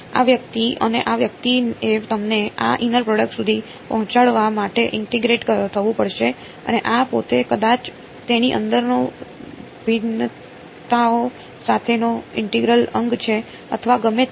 આ વ્યક્તિ અને આ વ્યક્તિએ તમને આ ઈનર પ્રોડક્ટ સુધી પહોંચાડવા માટે ઇન્ટિગ્રેટેડ થવું પડશે અને આ પોતે કદાચ તેની અંદરના ભિન્નતાઓ સાથેનો ઇન્ટેગ્રલ અંગ છે અથવા ગમે તે હોય